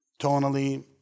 tonally